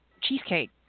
cheesecake